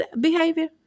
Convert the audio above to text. behavior